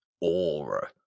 aura